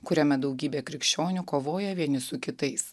kuriame daugybė krikščionių kovoja vieni su kitais